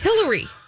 Hillary